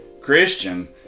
Christian